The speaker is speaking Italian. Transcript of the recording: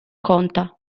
conta